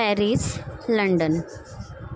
Paris London